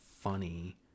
funny